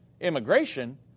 immigration